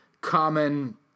common